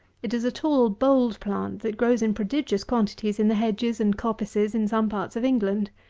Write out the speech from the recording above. it is a tall bold plant that grows in prodigious quantities in the hedges and coppices in some parts of england.